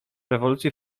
rewolucji